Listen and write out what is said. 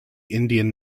indian